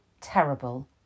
terrible